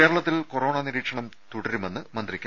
കേരളത്തിൽ കൊറോണാ നിരീക്ഷണം തുട്ടരുമെന്ന് മന്ത്രി കെ